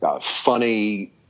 funny